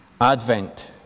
Advent